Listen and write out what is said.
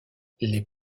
les